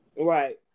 right